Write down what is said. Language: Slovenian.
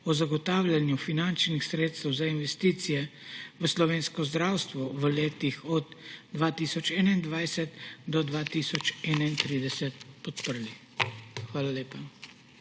o zagotavljanju finančnih sredstev za investicije v slovensko zdravstvo v letih od 2021do 2031 podprli. Hvala lepa.